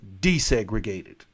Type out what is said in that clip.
desegregated